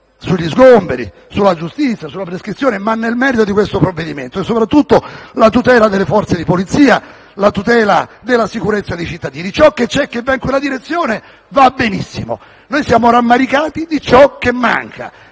sugli sgomberi, sulla giustizia e sulla prescrizione e, nel merito del provvedimento, soprattutto sulla tutela delle Forze di polizia e della sicurezza dei cittadini. Ciò che c'è e va in quella direzione va benissimo, siamo rammaricati di ciò che manca